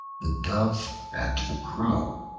the dove and the crow